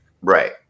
Right